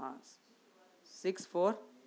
ہاں six four